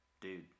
Dude